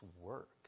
work